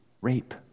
rape